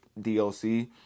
DLC